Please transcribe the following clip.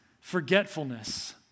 forgetfulness